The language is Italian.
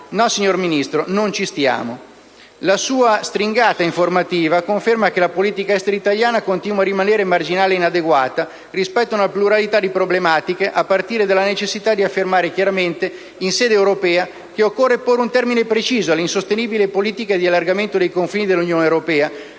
No, signora Ministro, non ci stiamo! La sua stringata informativa conferma che la politica estera italiana continua a rimanere marginale e inadeguata rispetto a una pluralità di problematiche, a partire dalla necessità di affermare chiaramente in sede europea che occorre porre un termine preciso all'insostenibile politica di allargamento dei confini dell'Unione europea